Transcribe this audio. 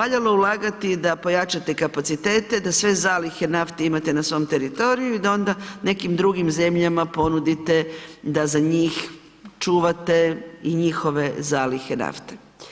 valjalo ulagati da pojačate kapacitete, da sve zalihe nafte imate na svom teritoriju i da onda nekim drugim zemljama ponudite da za njih čuvate i njihove zalihe nafte.